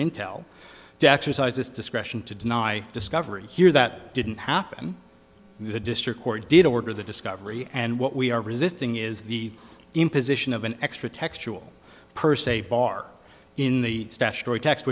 intel to exercise its discretion to deny discovery here that didn't happen and the district court did order the discovery and what we are resisting is the imposition of an extra textual per se bar in the statutory text